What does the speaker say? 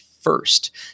first